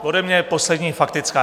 Ode mě poslední faktická.